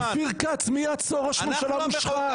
אופיר כץ, מי יעצור ראש ממשלה מושחת?